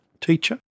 teacher